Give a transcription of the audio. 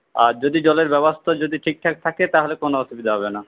আর যদি জলের ব্যবস্থা যদি ঠিকঠাক থাকে তাহলে কোনো অসুবিধা হবে না